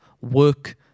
work